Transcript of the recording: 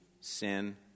sin